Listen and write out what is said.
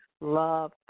love